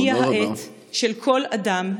הגיעה העת של כל אדם,